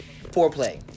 foreplay